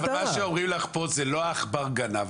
אבל מה שאומרים לך פה זה לא העכבר גנב,